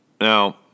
Now